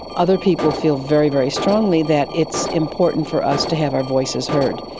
other people feel very, very strongly that it's important for us to have our voices heard.